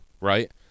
right